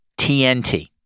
TNT